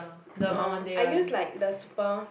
orh I use like the super